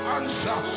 answer